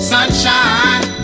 Sunshine